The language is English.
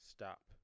stop